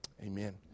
amen